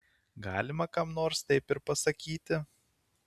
galima kam nors taip ir pasakyti